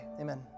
Amen